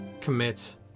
commits